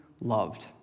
loved